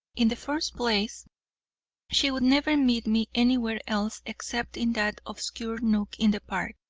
in the first place she would never meet me anywhere else except in that obscure nook in the park,